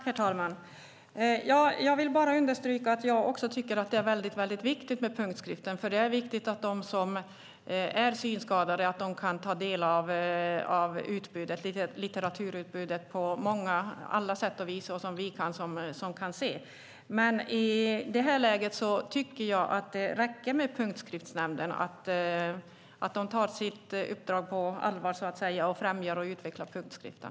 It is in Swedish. Herr talman! Jag vill bara understryka att också jag tycker att det är viktigt med punktskriften. Det är viktigt att de synskadade kan ta del av litteraturutbudet på alla sätt och vis - på samma sätt som vi som kan se kan göra det. Men i detta läge tycker jag att det räcker med Punktskriftsnämnden och att de tar sitt uppdrag på allvar och främjar och utvecklar punktskriften.